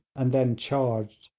and then charged.